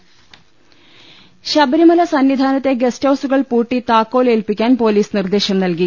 ലലലലലലലലലലലല ശബരിമല സന്നിധാനത്തെ ഗസ്റ്റ് ഹൌസുകൾ പൂട്ടി താക്കോൽ ഏൽപ്പിക്കാൻ പൊലീസ് നിർദ്ദേശം നൽകി